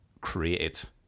created